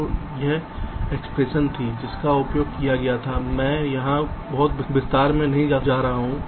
तो यह एक्सप्रेशन थी जिसका उपयोग किया गया था मैं यहां बहुत विस्तार में नहीं जा रहा हूं